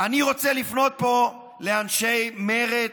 אני רוצה לפנות פה לאנשי מרצ,